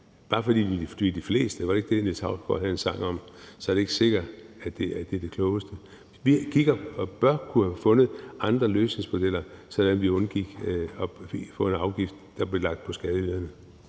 Bare fordi det er de fleste – var det ikke det, Niels Hausgaard havde en sang om? – er det ikke sikkert, at det er det klogeste. Vi kigger og burde kunne have fundet andre løsningsmodeller, sådan at vi undgik at få en afgift, der blev lagt på skatteyderne.